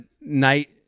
night